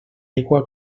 aigua